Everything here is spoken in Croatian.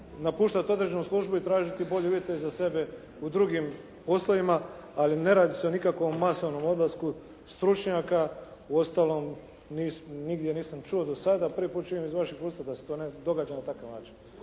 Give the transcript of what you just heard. napuštati određenu službu i tražiti bolje uvjete za sebe u drugim uslovima, ali ne radi se o nikakvom masovnom odlasku stručnjaka. Uostalom nigdje nisam čuo do sada, prvi put čujem iz vaših usta da se to ne događa na ovakav način.